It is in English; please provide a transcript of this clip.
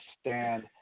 stand